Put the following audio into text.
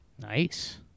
Nice